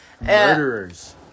Murderers